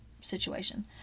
situation